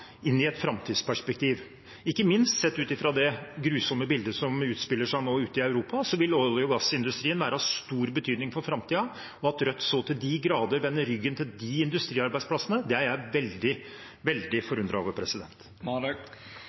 inn i et framtidsperspektiv. Ikke minst sett ut fra det grusomme bildet som nå utspiller seg ute i Europa, vil olje- og gassindustrien være av stor betydning for framtiden. At Rødt så til de grader vender ryggen til de industriarbeidsplassene, er jeg veldig forundret over.